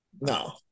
No